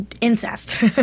incest